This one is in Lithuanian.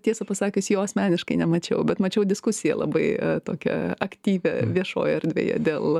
tiesą pasakius jo asmeniškai nemačiau bet mačiau diskusiją labai tokią aktyvią viešojoj erdvėje dėl